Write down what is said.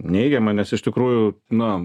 neigiama nes iš tikrųjų na